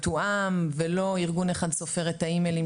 מתואם ולא ארגון אחד סופר את האימיילים